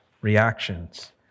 reactions